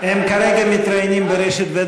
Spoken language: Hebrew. הם כרגע מתראיינים ברשת ב',